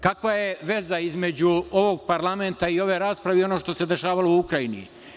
Kakva veza između ovog parlamenta i ove rasprave i onoga što se dešavalo u Ukrajini?